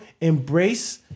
Embrace